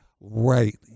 Right